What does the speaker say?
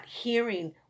hearing